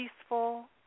peaceful